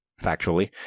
factually